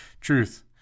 Truth